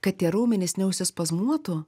kad tie raumenys neužsispazmuotų